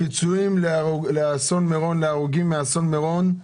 הפיצויים למשפחות ההרוגים מאסון מירון,